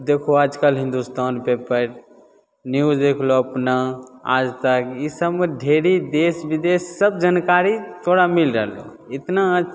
देखहो आजकल Hindustan paper news देखि लहो अपना आज तक ईसबमे ढेरी देश विदेश सब जानकारी तोरा मिलि जाइलऽ एतना